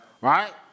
Right